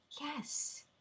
Yes